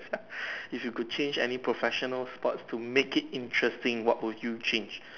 if you could change any professional sports to make it interesting what will you change